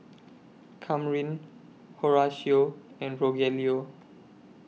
Kamryn Horatio and Rogelio